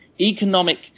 economic